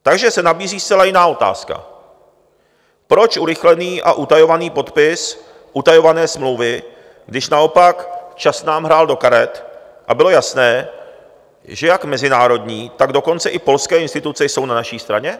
Takže se nabízí zcela jiná otázka: proč urychlený a utajovaný podpis utajované smlouvy, když naopak čas nám hrál do karet a bylo jasné, že jak mezinárodní, tak dokonce i polské instituce jsou na naší straně?